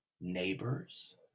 neighbors